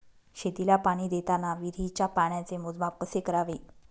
शेतीला पाणी देताना विहिरीच्या पाण्याचे मोजमाप कसे करावे?